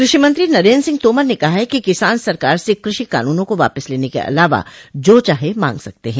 कृषि मंत्री नरेन्द्र सिंह तोमर ने कहा है कि किसान सरकार से कृषि कानूनों को वापस लेने के अलावा जो चाहे मांग सकते हैं